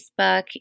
Facebook